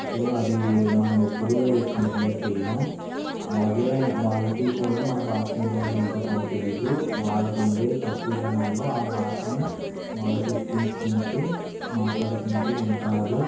so అది మనం ఎప్పుడు కన్సిడర్ చేయం అలాగే వాళ్ళకి కూడా మన భాష ఏంటో ఏంటో కూడా తెలీదు వాళ్ళకుండే తక్కువ జనాల్లో ఆ భాషని వాళ్ళు సృష్టించుకుంటు మాట్లాడుకుంటూ ఉంటారు